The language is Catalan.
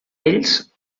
ells